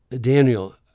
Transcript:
Daniel